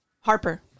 Harper